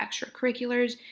extracurriculars